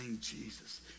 Jesus